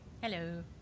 Hello